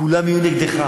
כולם יהיו נגדך.